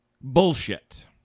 bullshit